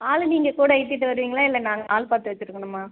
ஆளு நீங்கள் கூட இழுட்டுட்டு வருவீங்களா இல்லை நாங்கள் ஆள் பார்த்து வச்சுருக்கணுமா